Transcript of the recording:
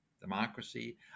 democracy